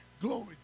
Glory